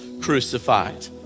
crucified